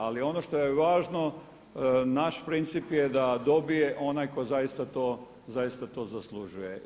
Ali ono što je važno, naš princip je da dobije onaj tko zaista to zaslužuje.